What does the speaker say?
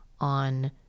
on